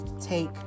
take